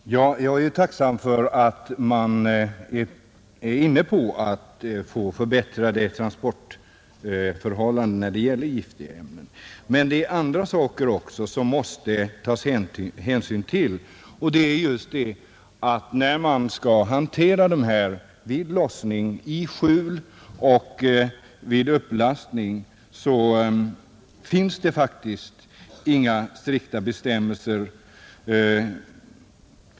Herr talman! Jag är tacksam för att man är inne på att skapa förbättrade transportförhållanden när det gäller giftiga ämnen. Men det finns andra saker också som det måste tas hänsyn till. Hur man skall hantera giftiga ämnen vid lossning, i skjul och vid upplastning finns det faktiskt inga strikta bestämmelser om.